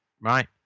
right